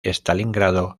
stalingrado